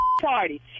party